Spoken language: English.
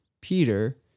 Peter